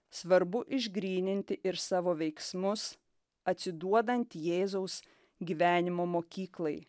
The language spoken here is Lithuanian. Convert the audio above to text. svarbu išgryninti ir savo veiksmus atsiduodant jėzaus gyvenimo mokyklai